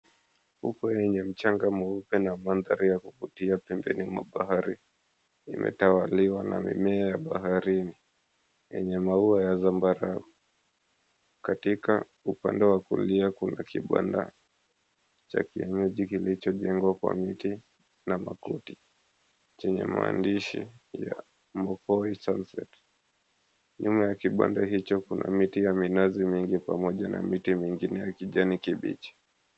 Fukwe yenye mchanga mweupe na mandhari ya kuvutia pembeni mwa bahari, imetawaliwa na mimea ya baharini, yenye maua ya zambarau. Katika upande wa kulia kuna kibanda cha kienyeji kilichojengwa kwa miti na makuti chenye maandishi ya,"Mokohi Sunset." Nyuma ya kibanda hicho kuna miti ya minazi mingi pamoja na miti mingine ya kijani kibichi.